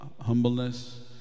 humbleness